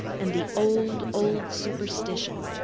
and the old, old superstition.